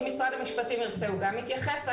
אם משרד המשפטים ירצה הוא גם יתייחס.